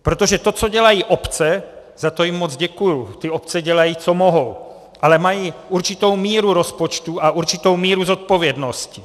Protože to, co dělají obce, za to jim moc děkuji, obce dělají, co mohou, ale mají určitou míru rozpočtu a určitou míru zodpovědnosti.